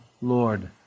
Lord